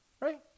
right